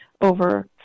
over